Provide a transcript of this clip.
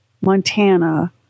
Montana